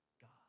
God